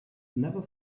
never